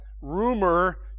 rumor